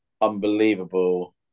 unbelievable